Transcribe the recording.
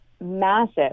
massive